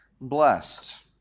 blessed